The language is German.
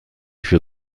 für